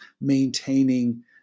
maintaining